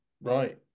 right